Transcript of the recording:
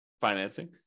financing